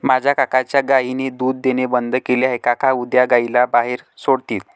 माझ्या काकांच्या गायीने दूध देणे बंद केले आहे, काका उद्या गायीला बाहेर सोडतील